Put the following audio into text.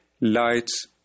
lights